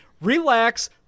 Relax